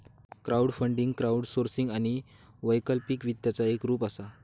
crowdfunding crowdsourcing आणि वैकल्पिक वित्ताचा एक रूप असा